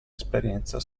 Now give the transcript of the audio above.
esperienza